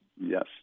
Yes